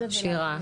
שירה,